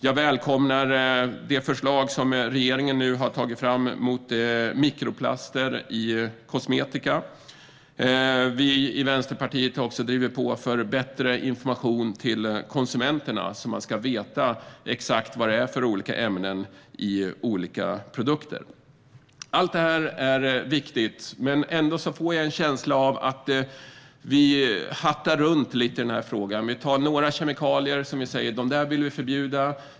Jag välkomnar det förslag som regeringen nu har tagit fram mot mikroplaster i kosmetika. Vi i Vänsterpartiet har också drivit på för bättre information till konsumenterna, så att man ska veta exakt vilka ämnen det är i olika produkter. Allt detta är viktigt, men ändå får jag en känsla av att vi hattar runt lite i denna fråga. Vi tar några kemikalier som vi säger att vi vill förbjuda.